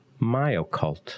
myocult